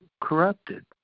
corrupted